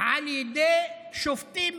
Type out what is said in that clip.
על ידי שופטים